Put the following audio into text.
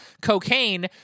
Cocaine